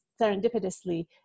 serendipitously